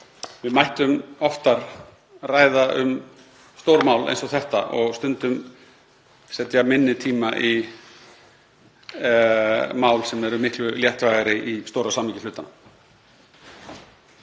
við mættum oftar ræða um stórmál eins og þetta og stundum verja minni tíma í mál sem eru miklu léttvægari í stóra samhengi hlutanna.